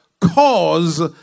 cause